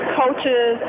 coaches